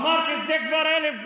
אמרת את זה כבר אלף פעם.